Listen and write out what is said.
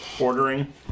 Ordering